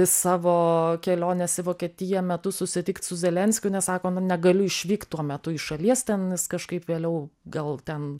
savo kelionės į vokietiją metu susitikt su zelenskiu nes sako negaliu išvykt tuo metu iš šalies ten jis kažkaip vėliau gal ten